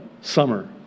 summer